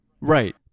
Right